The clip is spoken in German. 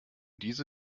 diese